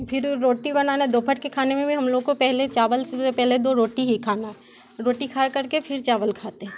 फिर रोटी बनाना दोपहर के खाने में भी हम लोग को पहले चावल में पहले दो रोटी ही खाना है रोटी खाकर के फिर चावल खाते हैं